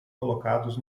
colocados